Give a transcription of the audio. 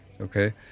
Okay